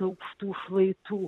aukštų šlaitų